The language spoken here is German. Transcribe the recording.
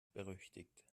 berüchtigt